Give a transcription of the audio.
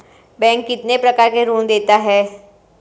Bank कितने प्रकार के ऋण देता है?